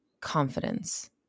confidence